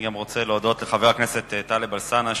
אני רוצה להודות גם לחבר הכנסת טלב אלסאנע,